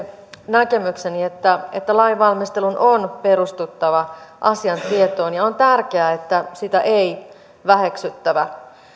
näkemykseni että että lainvalmistelun on perustuttava asiatietoon ja on tärkeää että sitä ei väheksytä